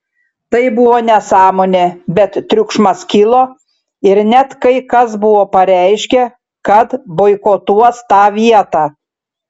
tai buvo nesąmonė bet triukšmas kilo ir net kai kas buvo pareiškę kad boikotuos tą vietą